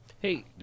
Hey